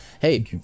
Hey